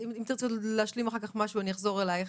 אם תרצו להשלים אחר כך משהו אני אחזור אלייך.